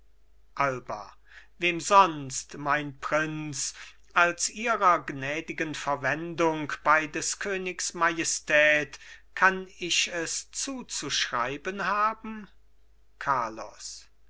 alba wem sonst mein prinz als ihrer gnädigen verwendung bei des königs majestät kann ich es zuzuschreiben haben carlos